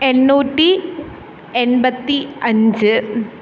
എണ്ണൂറ്റി എൺപത്തി അഞ്ച്